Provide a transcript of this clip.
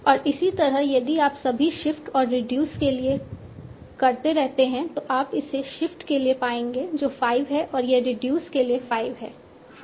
और इसी तरह यदि आप सभी शिफ्ट और रिड्यूस के लिए करते रहते हैं तो आप इसे शिफ्ट के लिए पाएंगे जो 5 है और यह रिड्यूस के लिए 5 है हाँ